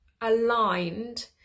aligned